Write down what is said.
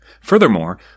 Furthermore